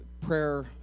prayer